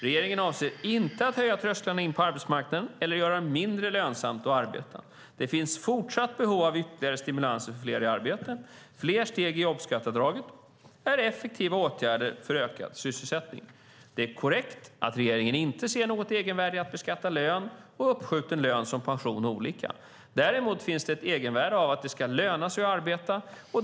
Regeringen avser inte att höja trösklarna in på arbetsmarknaden eller göra det mindre lönsamt att arbeta. Det finns fortsatt behov av ytterligare stimulanser för fler i arbete. Fler steg i jobbskatteavdraget är effektiva åtgärder för ökad sysselsättning. Det är korrekt att regeringen inte ser något egenvärde i att beskatta lön och uppskjuten lön som pension olika. Däremot finns ett egenvärde av att det ska löna sig att arbeta.